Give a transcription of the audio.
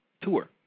tour